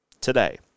today